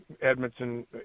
Edmonton